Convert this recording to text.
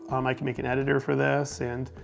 um i can make an editor for this and,